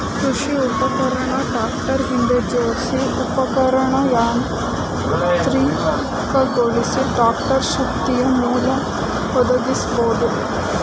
ಕೃಷಿ ಉಪಕರಣ ಟ್ರಾಕ್ಟರ್ ಹಿಂದೆ ಜೋಡ್ಸಿ ಉಪಕರಣನ ಯಾಂತ್ರಿಕಗೊಳಿಸಿ ಟ್ರಾಕ್ಟರ್ ಶಕ್ತಿಯಮೂಲ ಒದಗಿಸ್ಬೋದು